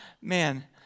man